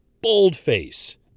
boldface